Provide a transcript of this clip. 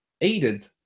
aided